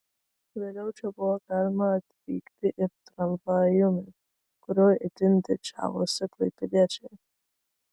vėliau čia buvo galima atvykti ir tramvajumi kuriuo itin didžiavosi klaipėdiečiai